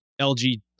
LG